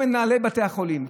מנהלי בתי החולים,